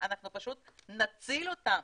אנחנו פשוט נציל אותם